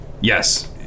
yes